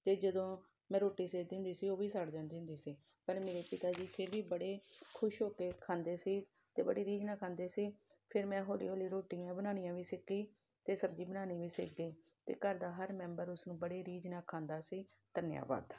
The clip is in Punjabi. ਅਤੇ ਜਦੋਂ ਮੈਂ ਰੋਟੀ ਸੇਕਦੀ ਹੁੰਦੀ ਸੀ ਉਹ ਵੀ ਸੜ ਜਾਂਦੀ ਹੁੰਦੀ ਸੀ ਪਰ ਮੇਰੇ ਪਿਤਾ ਜੀ ਫਿਰ ਵੀ ਬੜੇ ਖੁਸ਼ ਹੋ ਕੇ ਖਾਂਦੇ ਸੀ ਅਤੇ ਬੜੀ ਰੀਜ ਨਾਲ ਖਾਂਦੇ ਸੀ ਫਿਰ ਮੈਂ ਹੌਲੀ ਹੌਲੀ ਰੋਟੀਆਂ ਬਣਾਉਣੀਆਂ ਵੀ ਸਿੱਖ ਗਈ ਅਤੇ ਸਬਜੀ ਬਣਾਉਣੀ ਵੀ ਸਿੱਖ ਗਈ ਅਤੇ ਘਰ ਦਾ ਹਰ ਮੈਂਬਰ ਉਸਨੂੰ ਬੜੇ ਰੀਝ ਨਾਲ ਖਾਂਦਾ ਸੀ ਧੰਨਵਾਦ